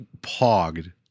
pogged